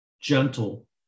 gentle